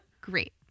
Great